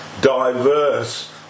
diverse